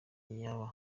yaba